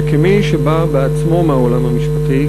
וכמי שבא בעצמו מהעולם המשפטי,